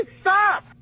stop